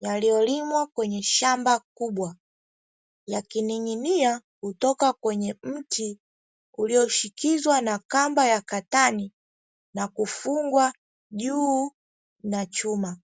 yaliyolimwa kwenye shamba kubwa, yakinining'inia kutoka kwenye mti ulioshikizwa na kamba ya katani na kufungwa juu na chuma.